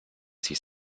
sich